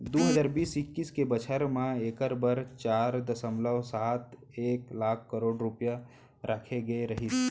दू हजार बीस इक्कीस के बछर म एकर बर चार दसमलव सात एक लाख करोड़ रूपया राखे गे रहिस